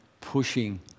pushing